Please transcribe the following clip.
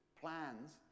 plans